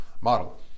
model